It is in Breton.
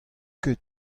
ket